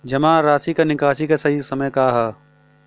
जमा राशि क निकासी के सही समय का ह?